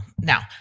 Now